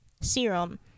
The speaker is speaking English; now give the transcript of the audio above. Serum